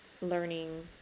learning